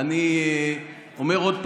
אני אומר עוד פעם: